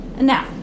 Now